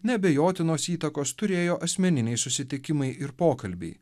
neabejotinos įtakos turėjo asmeniniai susitikimai ir pokalbiai